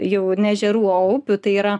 jau ne ežerų o upių tai yra